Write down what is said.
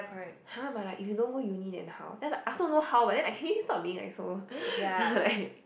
!huh! but like if you don't go uni then how I also don't know how but then can you stop being like so like